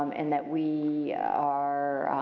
and that we are